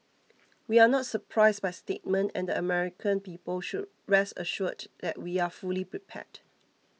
we are not surprised by statement and the American people should rest assured that we are fully prepared